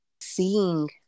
seeing